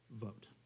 vote